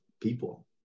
people